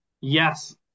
Yes